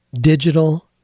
digital